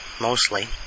mostly